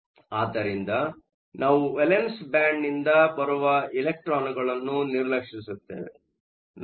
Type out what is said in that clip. ಆದ್ದರಿಂದ ನಾವು ವೇಲೆನ್ಸ್ ಬ್ಯಾಂಡ್ನಿಂದ ಬರುವ ಎಲ್ಲಾ ಎಲೆಕ್ಟ್ರಾನ್ಗಳನ್ನು ನಿರ್ಲಕ್ಷಿಸುತ್ತೇವೆ